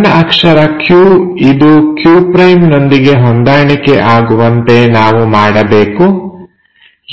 ಸಣ್ಣ ಅಕ್ಷರ q ಇದು q' ನೊಂದಿಗೆ ಹೊಂದಾಣಿಕೆ ಆಗುವಂತೆ ನಾವು ಮಾಡಬೇಕು